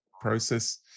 process